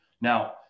Now